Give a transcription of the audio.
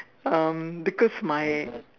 um because my